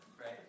Right